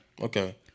Okay